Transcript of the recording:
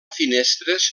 finestres